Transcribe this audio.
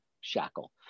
shackle